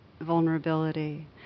vulnerability